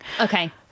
okay